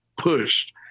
pushed